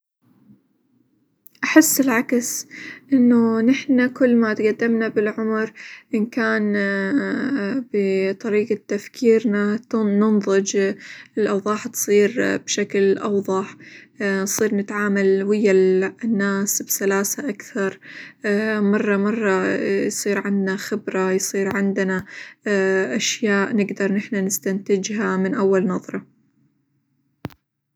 أحس العكس إنه نحنا كل ما تقدمنا بالعمر إن كان بطريقة تفكيرنا -تن- ننظج، الأوظاع تصير بشكل أوظح، نصير نتعامل ويا -ال- الناس بسلاسة أكثر، مرة مرة يصير عندنا خبرة، يصير عندنا أشياء نقدر نحنا نستنتجها من أول نظرة.